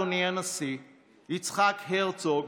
אדוני הנשיא יצחק הרצוג,